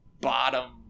bottom